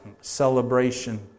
celebration